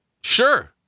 Sure